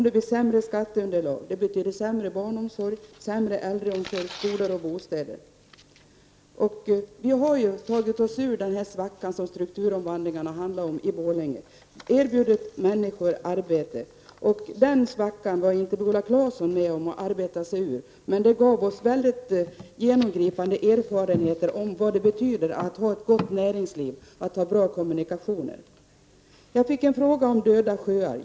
Ett lägre skatteunderlag betyder sämre barnomsorg, sämre äldreomsorg samt sämre skolor och bostäder. Vi har tagit oss ur den svacka som strukturomvandlingen medförde i Borlänge och har erbjudit människor arbete. Den svackan var Viola Claesson inte med om att ta sig ur, men det gav oss en genomgripande erfarenhet av vad det betyder att ha ett gott näringsliv och bra kommunikationer. Jag fick en fråga om döda sjöar.